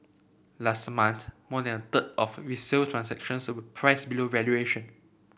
last month more than a third of resale transactions were priced below valuation